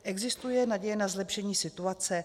Existuje naděje na zlepšení situace?